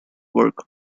work